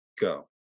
go